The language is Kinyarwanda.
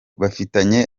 bafitanye